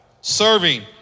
serving